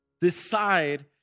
decide